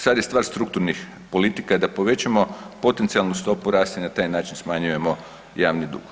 Sad je stvar strukturnih politika, da povećamo potencijalnu stopu rasta i na taj način smanjujemo javni dug.